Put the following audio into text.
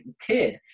kid